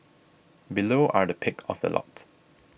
below are the pick of the lot